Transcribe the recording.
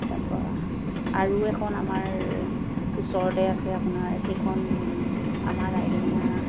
তাপা আৰু এখন আমাৰ ওচৰতে আছে আপোনাৰ সেইখন আমাৰ ৰাইডিঙিয়া